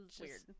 weird